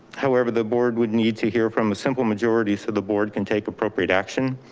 however, the board would need to hear from a simple majority so the board can take appropriate action.